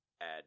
add